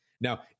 Now